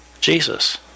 Jesus